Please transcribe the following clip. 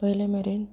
पयले मेरेन